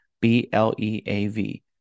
B-L-E-A-V